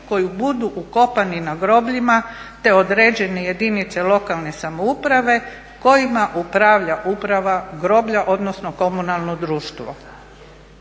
koji budu ukopani na grobljima te određene jedinice lokalne samouprave kojima upravlja uprava groblja odnosno komunalno društvo.